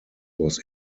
was